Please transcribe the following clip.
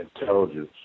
intelligence